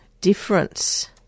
Difference